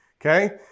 Okay